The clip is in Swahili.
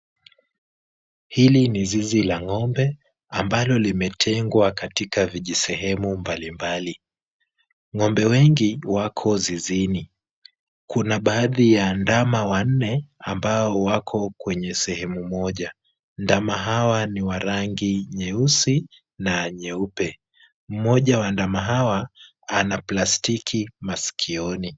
Hili ni zizi la ng'ombe ambalo limetengwa katika vijisehemu mbalimbali.Ng'ombe wengi wako zizini. Kuna baadhi ya ndama wanne ambao wako kwenye sehemu moja. Ndama hawa ni wa rangi nyeusi na nyeupe. Mmoja wa ndama hawa ana plastiki maskioni.